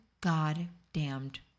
goddamned